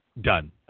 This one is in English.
done